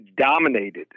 dominated